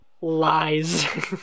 Lies